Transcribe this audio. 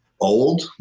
old